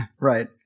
right